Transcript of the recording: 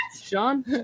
Sean